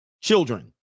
children